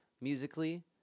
musically